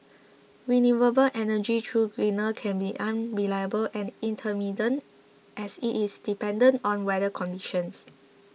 renewable energy though greener can be unreliable and intermittent as it is dependent on weather conditions